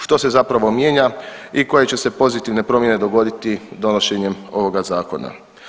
Što se zapravo mijenja i koje će se pozitivne promjene dogoditi donošenjem ovoga zakona?